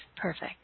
perfect